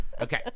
Okay